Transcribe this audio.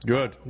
Good